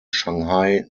shanghai